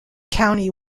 county